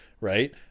Right